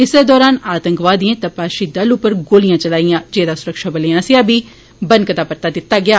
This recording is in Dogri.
इस्सै दौरान आतंकवादिएं तपाशी दल उप्पर गोलियां चलाइया जेदा सुरक्षाबलें आस्सेआ बी बनकदा परता दिता गेआ